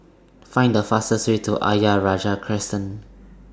Find The fastest Way to Ayer Rajah Crescent